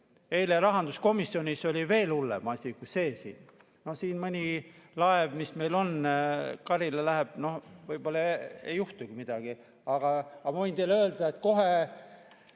Eile rahanduskomisjonis oli veel hullem asi kui see siin. Kui mõni laev, mis meil on, karile läheb, siis võib-olla ei juhtugi midagi. Aga ma võin teile öelda, et kohe